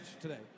today